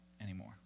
anymore